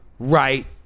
Right